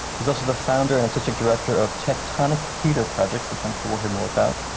he's also the founder and artistic director of tectonic theatre project, which i'm sure we'll hear more about,